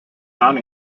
not